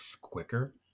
quicker